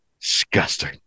Disgusting